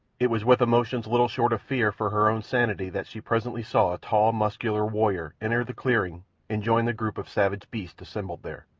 it was with emotions little short of fear for her own sanity that she presently saw a tall, muscular warrior enter the clearing and join the group of savage beasts assembled there.